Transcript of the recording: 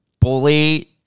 bully